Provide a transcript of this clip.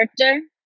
character